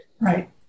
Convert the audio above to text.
right